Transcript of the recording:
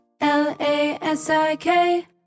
L-A-S-I-K